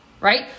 Right